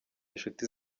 inshuti